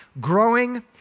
growing